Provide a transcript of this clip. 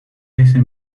ese